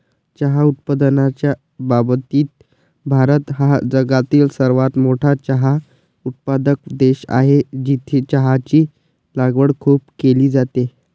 चहा उत्पादनाच्या बाबतीत भारत हा जगातील सर्वात मोठा चहा उत्पादक देश आहे, जिथे चहाची लागवड खूप केली जाते